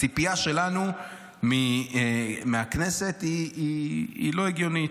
הציפייה שלנו מהכנסת היא לא הגיונית.